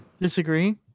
disagree